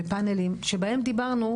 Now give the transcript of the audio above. בפנלים שבהם דיברנו,